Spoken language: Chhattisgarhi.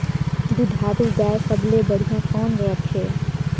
दुधारू गाय सबले बढ़िया कौन रथे?